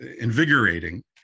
invigorating